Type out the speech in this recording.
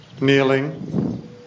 kneeling